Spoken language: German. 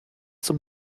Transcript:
zum